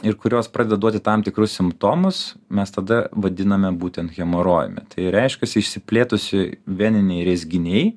ir kurios pradeda duoti tam tikrus simptomus mes tada vadiname būtent hemorojumi tai reiškiasi išsiplėtusi veniniai rezginiai